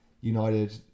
United